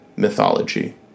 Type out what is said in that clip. mythology